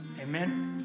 Amen